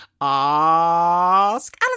Ask